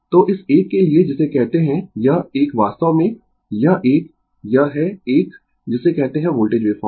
तो इस एक के लिए जिसे कहते है यह एक वास्तव में यह एक यह है एक जिसे कहते है वोल्टेज वेव फॉर्म